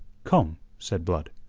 come, said blood.